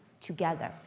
together